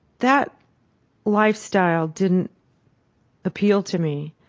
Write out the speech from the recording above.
that lifestyle didn't appeal to me.